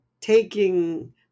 taking